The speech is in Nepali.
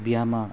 बिहामा